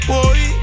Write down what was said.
Boy